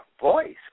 voice